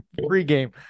pregame